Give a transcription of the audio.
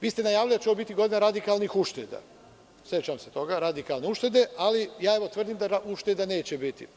Vi ste najavili da će ovo biti godina radikalnih ušteda, sećam se toga, ali ja tvrdim da ušteda neće biti.